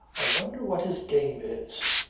i wonder what his game is.